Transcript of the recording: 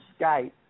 Skype